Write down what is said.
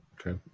Okay